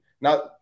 Now